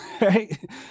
right